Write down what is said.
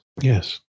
Yes